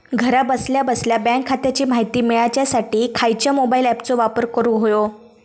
घरा बसल्या बसल्या बँक खात्याची माहिती मिळाच्यासाठी खायच्या मोबाईल ॲपाचो वापर करूक होयो?